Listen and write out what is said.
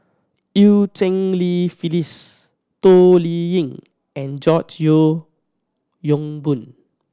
Eu Cheng Li Phyllis Toh Liying and George Yeo Yong Boon